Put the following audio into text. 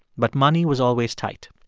but money was always tight,